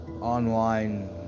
online